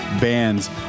bands